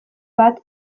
bat